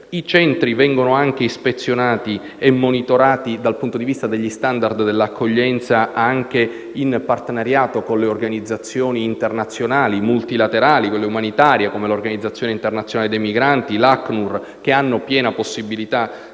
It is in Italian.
i centri vengono ispezionati e monitorati dal punto di vista degli *standard* dell'accoglienza anche in partenariato con le organizzazioni internazionali, multilaterali e con quelle umanitarie, come l'Organizzazione internazionale dei migranti, l'Alto commissariato